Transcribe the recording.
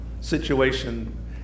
situation